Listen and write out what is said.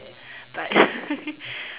but